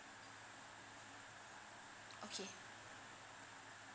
okay